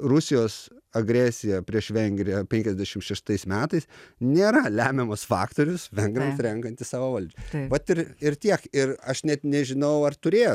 rusijos agresija prieš vengriją penkiasdešim šeštais metais nėra lemiamas faktorius vengrams renkantis savo valdžią vat ir ir tiek ir aš net nežinau ar turėjo